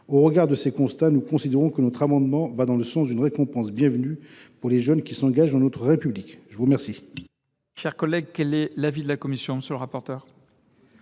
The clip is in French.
Au regard de tels constats, nous considérons que notre amendement va dans le sens d’une récompense bienvenue pour les jeunes qui s’engagent dans notre République. Quel